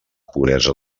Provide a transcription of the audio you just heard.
puresa